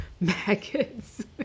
maggots